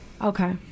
okay